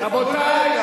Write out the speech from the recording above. רבותי.